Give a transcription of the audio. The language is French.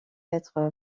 être